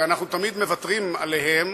ואנחנו תמיד מוותרים עליהם